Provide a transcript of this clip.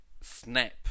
snap